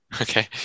Okay